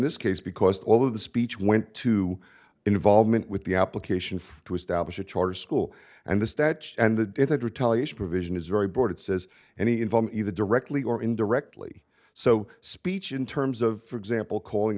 this case because all of the speech went to involvement with the application to establish a charter school and the statute and the death of retaliation provision is very broad it says and he involved either directly or indirectly so speech in terms of for example calling